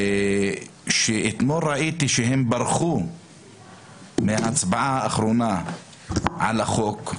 אתמול כשראיתי שהם ברחו מההצבעה האחרונה על החוק,